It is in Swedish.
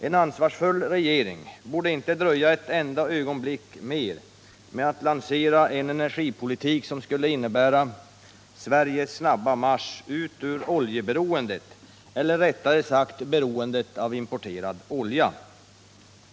En ansvarsfull regering borde inte dröja ett enda ögonblick mer med att lansera en energipolitik som skulle innebära Sveriges snabba marsch ut ur oljeberoendet — eller rättare sagt beroendet av importerad olja.